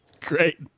Great